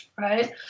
Right